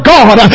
God